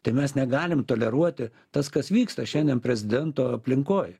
tai mes negalim toleruoti tas kas vyksta šiandien prezidento aplinkoj